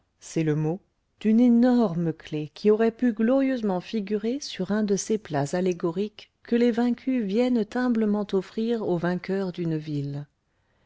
d'une énorme clef qui aurait pu glorieusement figurer sur un de ces plats allégoriques que les vaincus viennent humblement offrir aux vainqueurs d'une ville